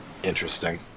interesting